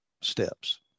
steps